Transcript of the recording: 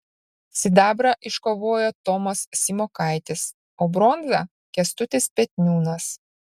sidabrą iškovojo tomas simokaitis o bronzą kęstutis petniūnas